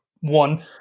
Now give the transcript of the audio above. one